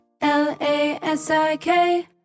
L-A-S-I-K